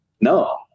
no